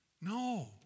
No